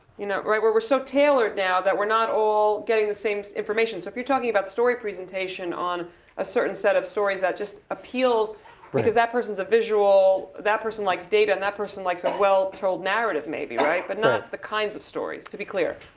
you know we're we're so tailored now that we're not all getting the same information. so if you're talking about story presentation on a certain set of stories that just appeals because that person's a visual, that person likes data, and that person likes a well-told narrative, maybe, right? but not the kinds of stories, to be clear.